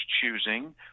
choosing